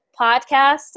podcast